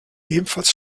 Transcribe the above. ebenfalls